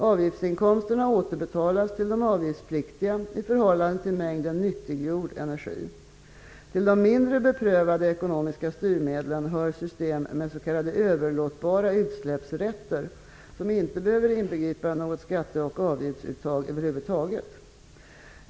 Avgiftsinkomsterna återbetalas till de avgiftspliktiga i förhållande till mängden nyttiggjord energi. --Till de mindre beprövade ekonomiska styrmedlen hör system med s.k. överlåtbara utsläppsrätter, vilka inte behöver inbegripa något skatte eller avgiftsuttag över huvud taget.